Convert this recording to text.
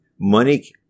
money